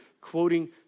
quoting